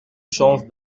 chance